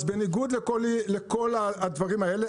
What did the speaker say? אז בניגוד לכל הדברים האלה,